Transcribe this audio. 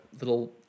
little